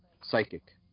psychic